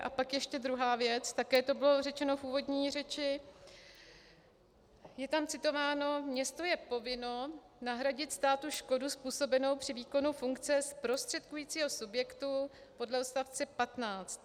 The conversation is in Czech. A pak ještě druhá věc, také to bylo řečeno v úvodní řeči, je tam citováno: Město je povinno nahradit státu škodu způsobenou při výkonu funkce zprostředkujícího subjektu podle odst. 15.